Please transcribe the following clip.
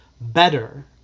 better